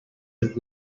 but